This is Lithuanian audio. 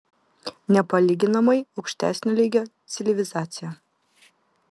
nepalyginamai aukštesnio lygio civilizacija